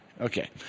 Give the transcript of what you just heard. Okay